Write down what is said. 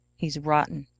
he's rotten!